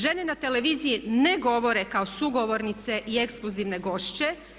Žene na televiziji ne govore kao sugovornice i ekskluzivne gošće.